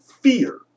fear